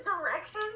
directions